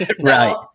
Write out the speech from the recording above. Right